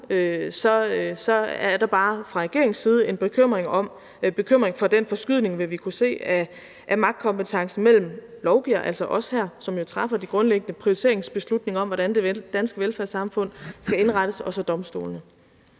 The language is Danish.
nu, er der bare fra regeringens side en bekymring for den forskydning, vi vil kunne se af magtkompetencen mellem lovgiverne, altså os herinde, som jo træffer de grundlæggende prioriteringsbeslutninger om, hvordan det danske velfærdssamfund skal indrettes, og så domstolene.